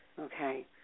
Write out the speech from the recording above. okay